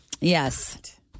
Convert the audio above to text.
Yes